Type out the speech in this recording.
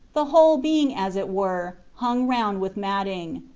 the whole being as it were hung round with matting.